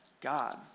God